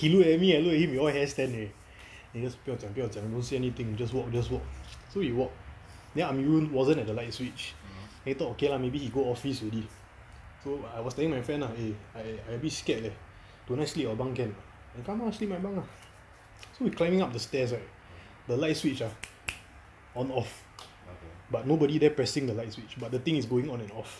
he look at me I look at him we all hair stand already then just 不要讲不要讲 don't say anything just walk just walk so we walk then amirul wasn't at the light switch then we thought okay lah maybe he go office already so I was telling my friends ah eh I a bit scared eh tonight sleep your bunk can or not come ah sleep my bunk ah so we climbing up the stairs right the light switch ah on off but nobody there pressing the light switch but the thing is going on and off